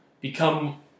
become